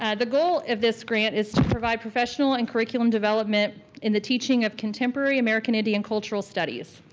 and the goal of this grant is to provide professional and curriculum development in the teaching of contemporary american indian cultural studies.